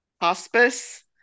hospice